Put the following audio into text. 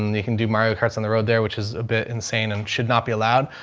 you can do mario carts on the road there, which is a bit insane and should not be allowed.